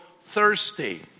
thirsty